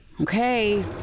Okay